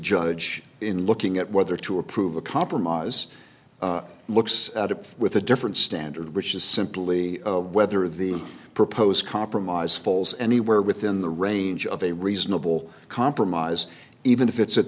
judge in looking at whether to approve a compromise looks at it with a different standard which is simply whether the proposed compromise falls anywhere within the range of a reasonable compromise even if it's at